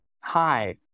Hi